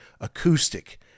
acoustic